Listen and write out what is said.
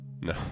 no